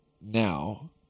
now